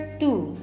two